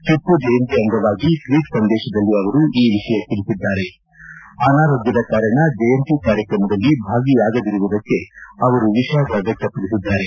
ಟಿಮ್ಜಯಂತಿ ಅಂಗವಾಗಿ ಟ್ವೀಟ್ ಸಂದೇಶದಲ್ಲಿ ಅವರು ಈ ವಿಷಯ ತಿಳಿಸಿದ್ದಾರೆ ಅನಾರೋಗ್ಬದ ಕಾರಣ ಜಯಂತಿ ಕಾರ್ಯಕ್ರದಲ್ಲಿ ಭಾಗಿಯಾಗದಿರುವುದಕ್ಕೆ ಅವರು ವಿಷಾದ ವ್ಯಕ್ತಪಡಿಸಿದ್ದಾರೆ